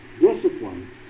discipline